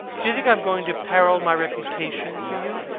do you think i am going to peril my reputation for you?